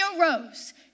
arose